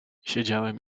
siedziałem